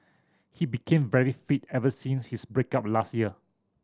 he became very fit ever since his break up last year